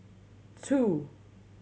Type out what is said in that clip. two